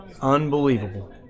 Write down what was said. Unbelievable